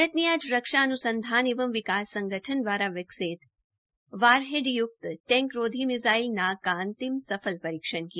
भारत ने आज रक्षा अन्संधान एवं विकास संगठन दवारा विकसित वार हेड य्क्त टैंक रोधी मिसाइल नाग का अंतिम परीक्षण किया